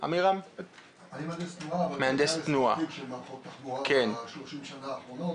אני מהנדס תנועה אבל עוסק במערכות תחבורה ב-30 שנים האחרונות.